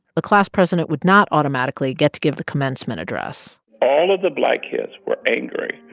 the class president would not automatically get to give the commencement address all of the black kids were angry.